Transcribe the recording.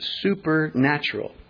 supernatural